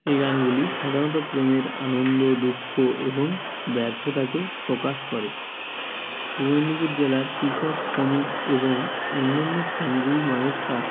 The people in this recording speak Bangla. এই গানগুলি সাধারণত প্রেমের আনন্দ দুঃখ এবং ব্যর্থতাকেও প্রকাশ করে পূর্ব মেদিনীপুর জেলার কৃষক শ্রমিক এবং অন্যান্য শ্রমজীবী মানুষরা